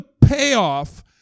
payoff